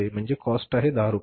म्हणजे कॉस्ट आहे १० रुपये